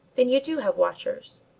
then you do have watchers?